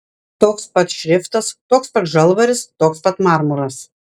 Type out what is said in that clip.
toks pat šriftas toks pat žalvaris toks pat marmuras